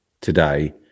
today